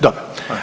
Dobro.